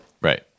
Right